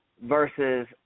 versus